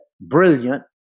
brilliant